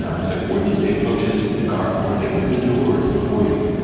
so essek wordlessly approaches the guard before they open the doors before you,